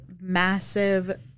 massive